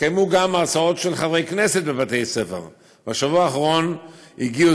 התקיימו הרצאות של חברי כנסת בבתי-ספר בשבוע האחרון הגיעו